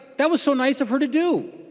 that was so nice of her to do.